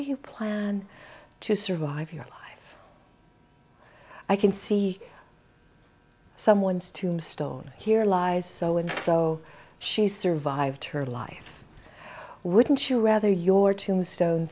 do you plan to survive your life i can see someone's tombstone here lies so and so she survived her life wouldn't you rather your tombstone